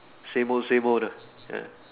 same old same old lah ya